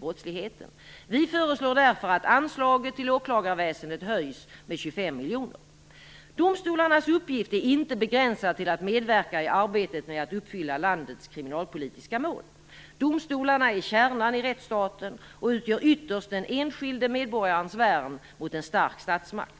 brottsligheten. Vi föreslår därför att anslaget till åklagarväsendet höjs med Domstolarnas uppgift är inte begränsad till att medverka i arbetet med att uppfylla landets kriminalpolitiska mål. Domstolarna är kärnan i rättsstaten och utgör ytterst den enskilde medborgarens värn mot en stark statsmakt.